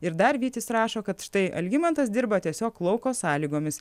ir dar vytis rašo kad štai algimantas dirba tiesiog lauko sąlygomis